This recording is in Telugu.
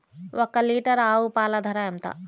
ఒక్క లీటర్ ఆవు పాల ధర ఎంత?